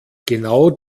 genau